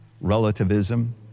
Relativism